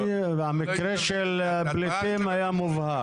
המקרה של הפליטים היה מובהק.